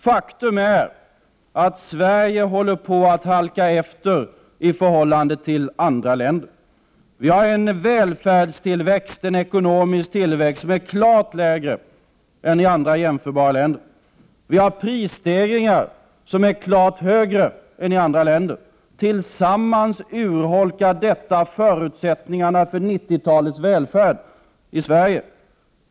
Faktum är att Sverige håller på att att halka efter i förhållande till andra länder. Vi har en välfärdstillväxt, en ekonomisk tillväxt som är klart lägre än i andra jämförbara länder. Vi har prisstegringar som är klart högre än i andra länder. Tillsammans urholkar detta förutsättningarna för 90-talets välfärd i Sverige.